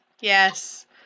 Yes